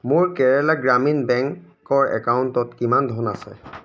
মোৰ কেৰেলা গ্ৰামীণ বেংকৰ একাউণ্টত কিমান ধন আছে